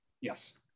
Yes